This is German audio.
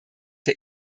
der